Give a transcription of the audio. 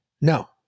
No